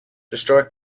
historic